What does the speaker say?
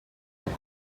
were